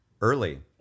early